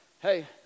hey